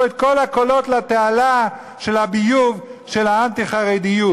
את כל הקולות לתעלה של הביוב של האנטי-חרדיות.